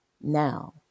now